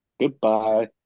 goodbye